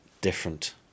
different